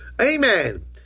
Amen